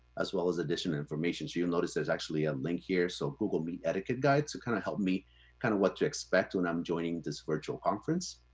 as well as additional information. so you'll notice there's actually a link here. so google meet etiquette guide to kind of help me kind of what to expect when i'm joining this virtual conference.